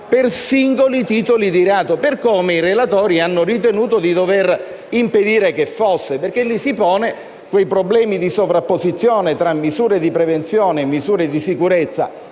per singoli titoli di reato, per come i relatori hanno ritenuto di dover impedire che fosse, perché in quel caso si pongono problemi di sovrapposizione tra misure di prevenzione e misure di sicurezza,